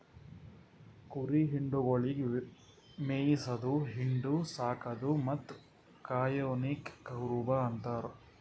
ಕುರಿ ಹಿಂಡುಗೊಳಿಗ್ ಮೇಯಿಸದು, ಹಿಂಡು, ಸಾಕದು ಮತ್ತ್ ಕಾಯೋನಿಗ್ ಕುರುಬ ಅಂತಾರ